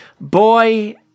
boy